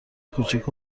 کوچیک